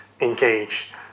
engage